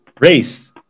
Race